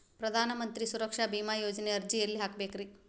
ಪ್ರಧಾನ ಮಂತ್ರಿ ಸುರಕ್ಷಾ ಭೇಮಾ ಯೋಜನೆ ಅರ್ಜಿ ಎಲ್ಲಿ ಹಾಕಬೇಕ್ರಿ?